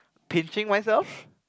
pinching myself